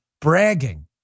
bragging